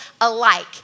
alike